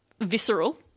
visceral